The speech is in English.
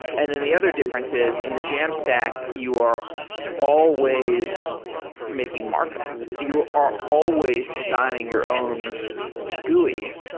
and then the other difference is in the jamstack, you are always making markup. so you are always designing your own gui.